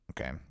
Okay